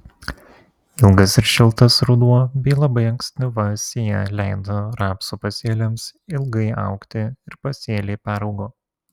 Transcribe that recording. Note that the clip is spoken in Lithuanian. ilgas ir šiltas ruduo bei labai ankstyva sėja leido rapsų pasėliams ilgai augti ir pasėliai peraugo